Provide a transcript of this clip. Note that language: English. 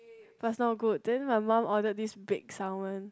but is not good then my mum ordered this baked salmon